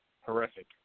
horrific